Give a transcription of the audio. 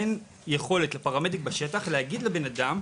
אין יכולת לפרמדיק בשטח להגיד לבן אדם: